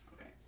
Okay